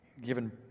given